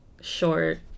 short